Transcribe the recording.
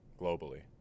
globally